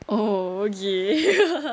oh okay